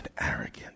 arrogant